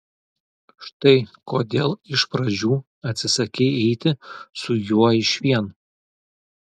štai kodėl iš pradžių atsisakei eiti su juo išvien